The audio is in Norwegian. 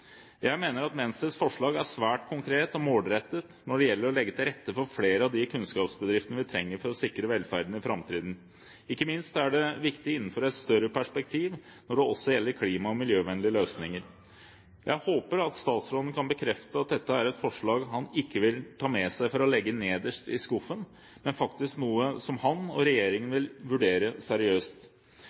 Jeg mener at Venstres forslag er svært konkret og målrettet når det gjelder å legge til rette for flere av de kunnskapsbedriftene vi trenger for å sikre velferden i framtiden. Ikke minst er det viktig innenfor et større perspektiv når det også gjelder klima- og miljøvennlige løsninger. Jeg håper at statsråden kan bekrefte at dette er et forslag han ikke vil ta med seg for å legge nederst i skuffen, men faktisk noe som han og regjeringen vil vurdere seriøst.